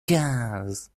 quinze